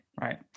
Right